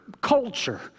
culture